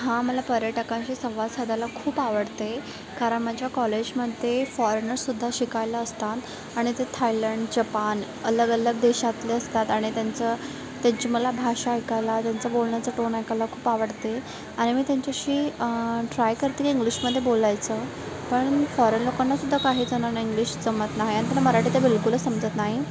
हां मला पर्यटकांशी संवाद साधायला खूप आवडते कारण माझ्या कॉलेजमध्ये फॉरनर्ससुद्धा शिकायला असतात आणि ते थायलंड जपान अलग अलग देशातले असतात आणि त्यांचं त्यांची मला भाषा ऐकायला त्यांचा बोलण्याचा टोन ऐकायला खूप आवडते आणि मी त्यांच्याशी ट्राय करते इंग्लिशमध्ये बोलायचं पण फॉरेन लोकांनासुद्धा काहीजणांना इंग्लिश जमत नाही आणि त्यांना मराठी तर बिलकुलच समजत नाही